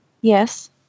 Yes